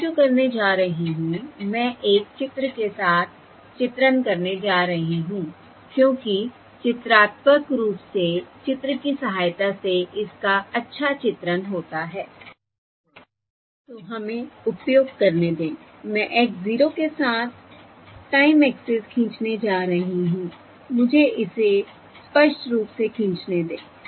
अब मैं जो करने जा रही हूं मैं एक चित्र के साथ चित्रण करने जा रही हूं क्योंकि चित्रात्मक रूप से चित्र की सहायता से इसका अच्छा चित्रण होता हैI तो हमें उपयोग करने दें मैं x 0 के साथ टाइम एक्सिस खींचने जा रही हूं मुझे इसे स्पष्ट रूप से खींचने दें